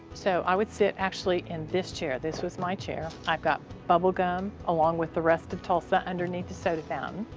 so, i would sit actually in this chair. this was my chair. i've got bubble gum, along with the rest of tulsa, underneath the soda fountain.